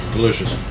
Delicious